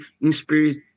inspires